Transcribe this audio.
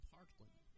Parkland